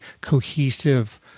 cohesive